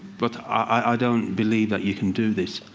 but i don't believe that you can do this.